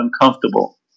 uncomfortable